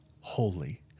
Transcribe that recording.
holy